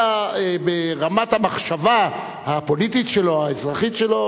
אלא ברמת המחשבה הפוליטית והאזרחית שלו,